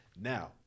Now